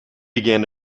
began